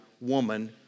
woman